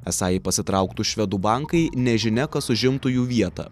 esą jei pasitrauktų švedų bankai nežinia kas užimtų jų vietą